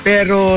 Pero